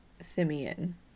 simeon